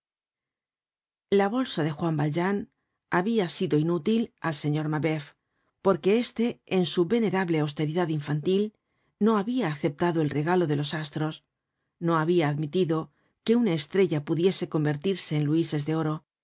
la bolsa de juan valjean habia sido inútil al señor mabeuf porque éste en su venerable austeridad infantil no habia aceptado el regalo de los astros no habia admitido que una estrella pudiese convertirse en luises de oro